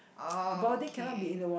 oh okay